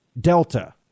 Delta